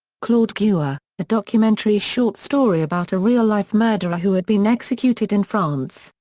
claude gueux, ah a documentary short story about a real-life murderer who had been executed in france,